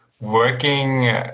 working